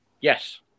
Yes